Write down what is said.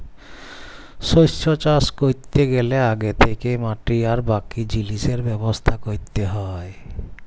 শস্য চাষ ক্যরতে গ্যালে আগে থ্যাকেই মাটি আর বাকি জিলিসের ব্যবস্থা ক্যরতে হ্যয়